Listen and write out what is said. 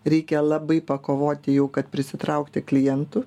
reikia labai pakovoti jau kad prisitraukti klientų